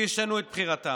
ישנו את בחירתם.